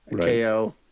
KO